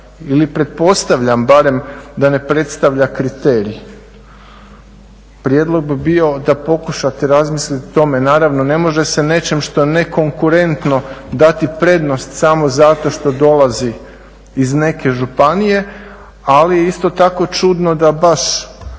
ili pretpostavljam barem da ne predstavlja kriterij. Prijedlog bi bio da pokušate razmislit o tome. Naravno, ne može se nečem što je nekonkurentno dati prednost samo zato što dolazi iz neke županije. Ali isto tako je čudno da baš